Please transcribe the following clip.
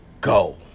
go